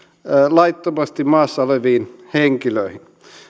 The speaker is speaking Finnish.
laittomasti maassa oleviin henkilöihin